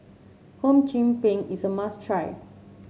Hum Chim Peng is a must try